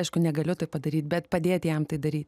aišku negaliu tai padaryt bet padėti jam tai daryt